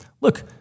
look